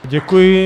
Děkuji.